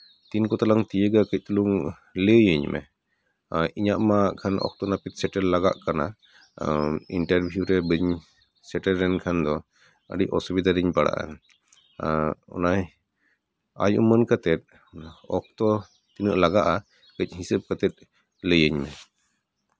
ᱛᱤᱱ ᱠᱚᱛᱮ ᱞᱟᱝ ᱛᱤᱭᱳᱜᱟ ᱠᱟᱹᱪ ᱪᱩᱞᱩᱝ ᱞᱟᱹᱭ ᱤᱧ ᱢᱮ ᱤᱧᱟᱜ ᱢᱟ ᱚᱠᱛᱚ ᱱᱟᱹᱯᱤᱛ ᱥᱮᱴᱮᱨ ᱞᱟᱜᱟᱜ ᱠᱟᱱᱟ ᱤᱱᱴᱟᱨᱱᱥᱤᱯ ᱨᱮ ᱵᱟᱹᱧ ᱥᱮᱴᱮᱨ ᱞᱮᱱᱠᱷᱟᱱ ᱫᱚ ᱟᱹᱰᱤ ᱚᱥᱩᱵᱤᱫᱷᱟ ᱨᱤᱧ ᱯᱟᱲᱟᱜᱼᱟ ᱚᱱᱟ ᱟᱭ ᱩᱢᱟᱹᱱ ᱠᱟᱛᱮᱫ ᱚᱠᱛᱚ ᱛᱤᱱᱟᱹᱜ ᱞᱟᱜᱟᱜᱼᱟ ᱠᱟᱹᱪ ᱦᱤᱥᱟᱵ ᱠᱟᱛᱮᱫ ᱞᱟᱹᱭᱟᱧ ᱢᱮ